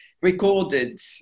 recorded